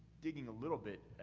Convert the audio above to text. digging a little bit,